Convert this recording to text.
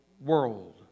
world